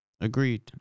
Agreed